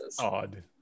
odd